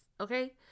Okay